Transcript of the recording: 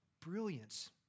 brilliance